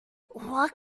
what